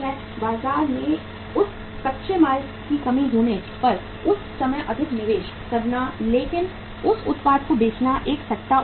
बाजार में उस कच्चे माल की कमी होने पर उस समय अधिक निवेश करना लेकिन उस उत्पाद को बेचना एक सट्टा उद्देश्य है